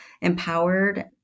empowered